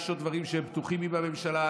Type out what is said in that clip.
יש עוד דברים שהם פתוחים עם הממשלה,